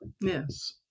Yes